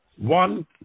One